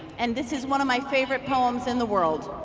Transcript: and this is one of my favorite poems in the world